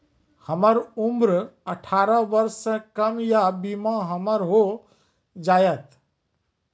हमर उम्र अठारह वर्ष से कम या बीमा हमर हो जायत?